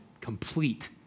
complete